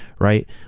right